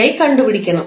𝑣𝑖 കണ്ടുപിടിക്കണം